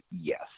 Yes